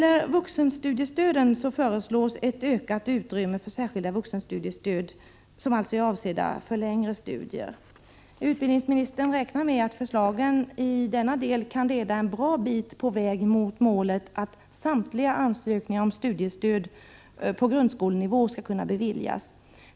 Ett ökat utrymme för särskilda vuxenstudiestöd föreslås, vilka alltså är avsedda för längre studier. Utbildningsministern räknar med att förslagen i denna del kan leda en bra bit på väg mot målet att samtliga ansökningar om studiestöd på grundskolenivå skall kunna beviljas.